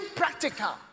practical